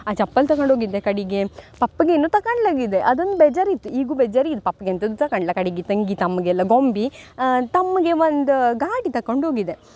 ಆ ಚಪ್ಪಲಿ ತಕಂಡೋಗಿದ್ದೆ ಕಡೆಗೆ ಪಪ್ಪಗೆ ಏನು ತಕಂಡ್ಲಾಗಿದ್ದೆ ಅದೊಂದು ಬೇಜಾರಿತ್ತು ಈಗ್ಲೂ ಬೇಜಾರು ಪಪ್ಗೆ ಎಂಥದೂ ತಕಂಡಿಲ್ಲ ಕಡೆಗೆ ತಂಗಿ ತಮ್ಮಗೆಲ್ಲ ಗೊಂಬೆ ತಮ್ಮಗೆ ಒಂದು ಗಾಡಿ ತಕಂಡೋಗಿದ್ದೆ